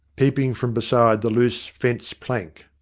peeping from beside the loose fence-plank.